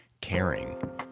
caring